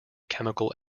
chemical